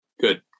Good